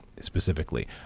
specifically